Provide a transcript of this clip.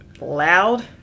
loud